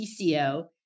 CCO